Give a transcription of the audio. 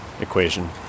equation